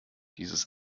dieses